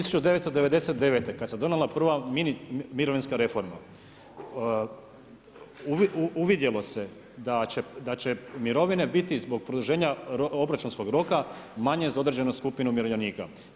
1999. kad se donijela prva mini mirovinska reforma uvidjelo se da će mirovine biti, zbog produženja obračunskog roka, manje za određenu skupinu umirovljenika.